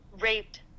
raped